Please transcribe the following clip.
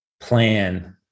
plan